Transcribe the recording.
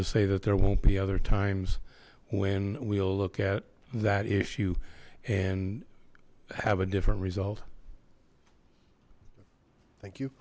to say that there won't be other times when we look at that issue and have a different result thank you